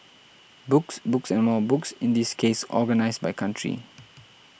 books books and more books in this case organised by country